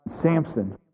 Samson